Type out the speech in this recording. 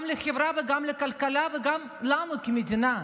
גם לחברה, גם לכלכלה וגם לנו כמדינה.